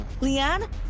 Leanne